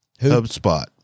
HubSpot